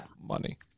Money